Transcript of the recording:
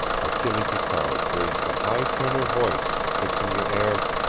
achille picard raised a high tenor voice, fixing the air,